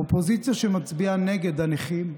אופוזיציה שמצביעה נגד הנכים,